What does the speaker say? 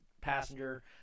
passenger